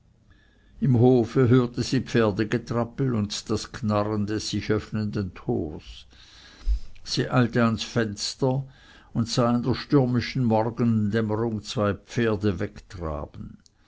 im hofe hörte sie pferdegetrappel und das knarren des sich öffnenden tors sie eilte ans fenster und sah in der stürmischen morgendämmerung zwei pferde wegtraben